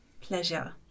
Pleasure